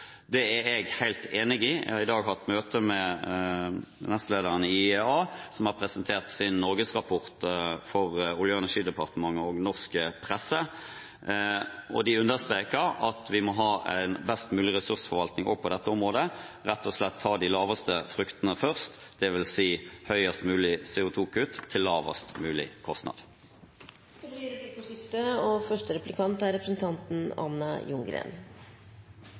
Det er jeg helt enig i. Jeg har i dag hatt møte med nestlederen i IEA, som har presentert sin Norge-rapport for Olje- og energidepartementet og norsk presse. De understreker at vi må ha en best mulig ressursforvaltning også på dette området, rett og slett ta de laveste fruktene først, dvs. høyest mulig CO 2 -kutt til lavest mulig kostnad. Det blir replikkordskifte.